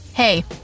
Hey